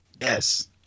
Yes